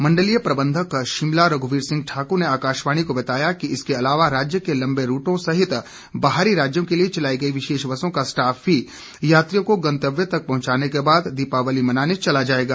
मंडलीय प्रबंधक शिमला रघुवीर सिंह ठाकुर ने आकाशवाणी को बताया कि इसके अलावा राज्य के लंबे रूटों सहित बाहरी राज्यों के लिए चलाई गई विशेष बसों का स्टाफ भी यात्रियों को गंतव्य तक पहुंचाने के बाद दिवाली मनाने चला जाएगा